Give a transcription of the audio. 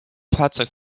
fahrzeug